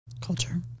culture